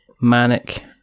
manic